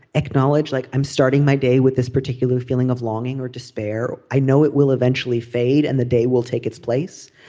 acknowledge like i'm starting my day with this particular feeling of longing or despair. i know it will eventually fade and the day will take its place,